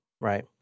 right